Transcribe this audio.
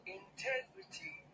integrity